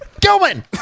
Gilman